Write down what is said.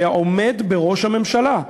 לעומד בראש הממשלה.